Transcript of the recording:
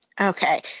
Okay